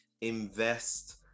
invest